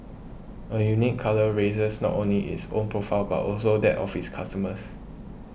a unique colour raises not only its own profile but also that of its customers